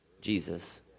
jesus